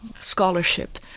scholarship